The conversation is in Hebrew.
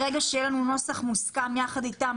ברגע שיהיה לנו נוסח מוסכם איתם,